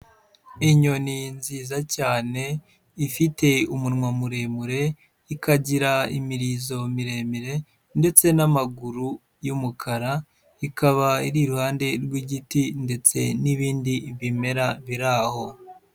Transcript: Inyoni nziza cyane, ifite umunwa muremure, ikagira imirizo miremire, ndetse n'amaguru y'umukara, ikaba iri iruhande rw'igiti ndetse n'ibindi bimera biri aho.